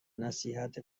نصیحت